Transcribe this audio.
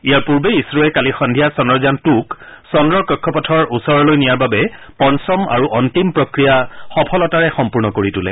ইয়াৰ পূৰ্বে ইছৰোৱে কালি সন্ধিয়া চন্দ্ৰযান টুক চন্দ্ৰৰ কক্ষপথৰ ওচৰলৈ নিয়াৰ বাবে পঞ্চম আৰু অন্তিম প্ৰক্ৰিয়া সফলতাৰে সম্পূৰ্ণ কৰি তোলে